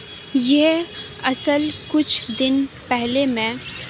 یہ اصل کچھ دن پہلے میں